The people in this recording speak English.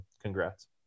congrats